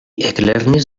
eklernis